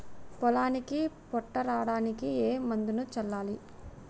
పొలానికి పొట్ట రావడానికి ఏ మందును చల్లాలి?